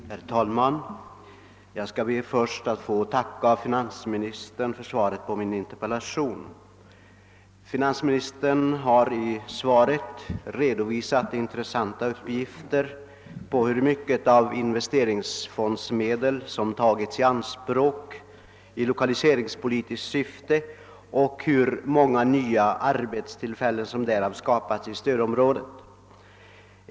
Herr talman! Jag skall först be att få tacka finansministern för svaret på min interpellation. Finansministern har i svaret redovisat intressanta uppgifter på hur mycket av investeringsfondsmedel som tagits i anspråk i lokaliseringspolitiskt syfte och hur många nya arbetstillfällen som därav skapats i stödområdet.